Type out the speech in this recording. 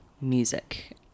music